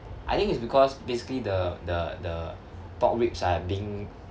I think it's because basically the the the pork ribs are being